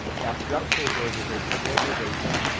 now structural globalization or globalization,